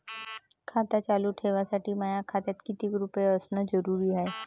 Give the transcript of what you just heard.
खातं चालू ठेवासाठी माया खात्यात कितीक रुपये असनं जरुरीच हाय?